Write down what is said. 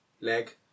leg